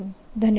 M H0H M 2M